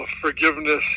forgiveness